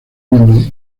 miembros